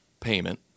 payment